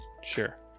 Sure